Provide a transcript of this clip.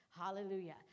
Hallelujah